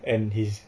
and his